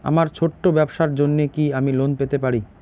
আমার ছোট্ট ব্যাবসার জন্য কি আমি লোন পেতে পারি?